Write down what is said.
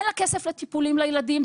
אין לה כסף לטיפולים לילדים,